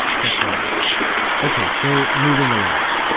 check her out ok, so moving along.